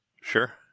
Sure